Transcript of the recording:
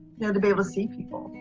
you know to be able to see people.